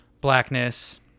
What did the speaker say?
blackness